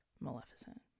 Maleficent